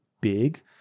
big